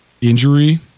injury